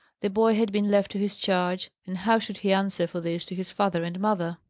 the boy had been left to his charge, and how should he answer for this to his father and mother?